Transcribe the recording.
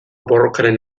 borrokaren